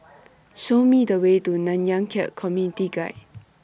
Show Me The Way to Nanyang Khek Community Guild